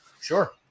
Sure